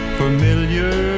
familiar